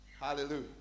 Hallelujah